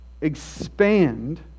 expand